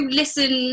listen